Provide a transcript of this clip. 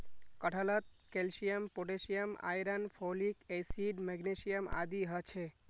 कटहलत calcium potassium iron folic acid magnesium आदि ह छे